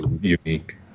unique